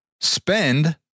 spend